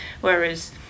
whereas